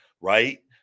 right